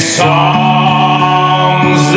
songs